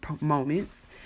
moments